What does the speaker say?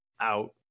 out